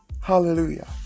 hallelujah